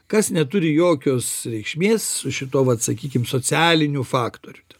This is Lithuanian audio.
kas neturi jokios reikšmės su šituo vat sakykim socialiniu faktoriu ten